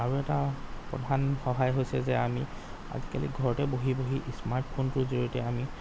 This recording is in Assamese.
আৰু এটা প্ৰধান সহায় হৈছে যে আমি আজিকালি ঘৰতে বহি বহি স্মাৰ্ট ফোনটোৰ জৰিয়তে আমি